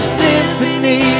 symphony